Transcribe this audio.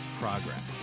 Progress